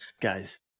Guys